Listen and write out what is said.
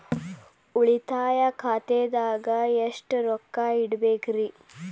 ಉಳಿತಾಯ ಖಾತೆದಾಗ ಎಷ್ಟ ರೊಕ್ಕ ಇಡಬೇಕ್ರಿ?